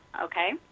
okay